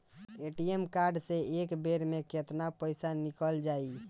ATM card से एक बेर मे केतना पईसा निकल जाई?